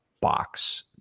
box